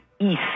east